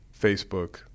Facebook